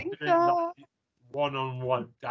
One-on-one